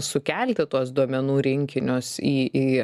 sukelti tuos duomenų rinkinius į į